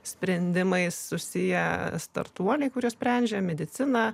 sprendimais susiję startuoliai kurie sprendžia mediciną